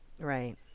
Right